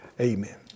amen